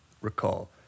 recall